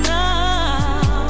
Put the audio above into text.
now